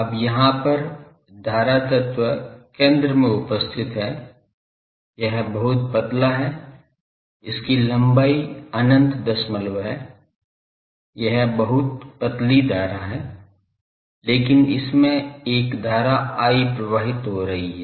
अब यहाँ पर धारा तत्व केंद्र में उपस्थित है यह बहुत पतला है इसकी लंबाई अनंत दशमलव है यह बहुत पतली धारा है लेकिन इसमें एक धारा I प्रवाहित हो रही है